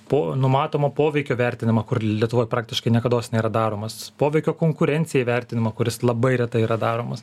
po numatomo poveikio vertinimą kur lietuvoj praktiškai niekados nėra daromas poveikio konkurencijai vertinimą kuris labai retai yra daromas